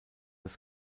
das